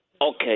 Okay